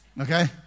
Okay